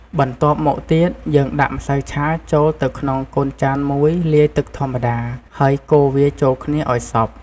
បន្ទាប់មកទៀត យើងដាក់ម្សៅឆាចូលទៅក្នុងកូនចានមួយលាយទឺកធម្មតា ហើយកូរវាចូលគ្នាឱ្យសព្វ។